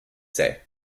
say